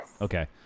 Okay